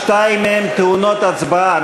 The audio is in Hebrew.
שתיים מהן טעונות הצבעה.